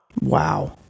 Wow